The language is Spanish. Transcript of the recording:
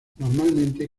normalmente